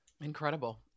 Incredible